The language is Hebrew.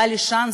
הניצחון,